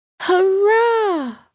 Hurrah